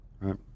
right